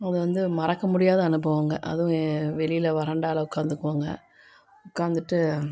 அப்புறம் வந்து மறக்கமுடியாத அனுபவங்கள் அது வெ வெளியில் வராண்டாவில் உட்காந்துக்குவோங்க உட்காந்துட்டு